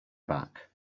back